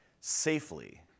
safely